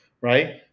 right